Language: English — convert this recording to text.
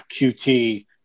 QT